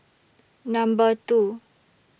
Number two